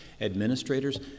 administrators